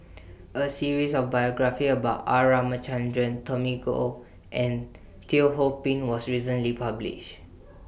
A series of biographies about R Ramachandran Tommy Koh and Teo Ho Pin was recently published